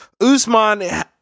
Usman